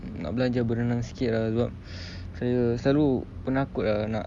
nak belajar berenang sikit lah sebab saya selalu penakut lah nak